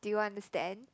do you understand